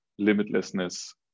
limitlessness